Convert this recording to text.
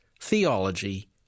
theology